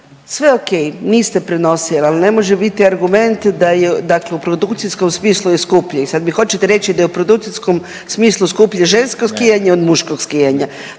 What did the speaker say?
Sve o.k. Niste prenosili, ali ne može biti argument da je dakle u produkcijskom smislu je skuplje. I sad mi hoćete reći da je u produkcijskom smislu skuplje žensko skijanje od muškog skijanja.